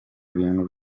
ibintu